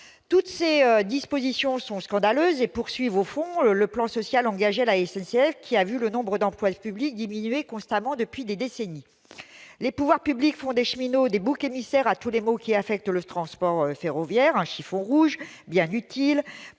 Toutes ces dispositions sont scandaleuses et prolongent au fond le plan social engagé à la SNCF, où le nombre d'emplois publics diminue constamment depuis des décennies. Les pouvoirs publics font des cheminots les boucs émissaires de tous les maux qui affectent le transport ferroviaire. C'est un chiffon rouge bien utile